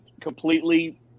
completely